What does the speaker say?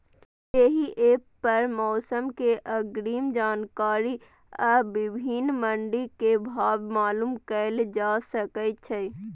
एहि एप पर मौसम के अग्रिम जानकारी आ विभिन्न मंडी के भाव मालूम कैल जा सकै छै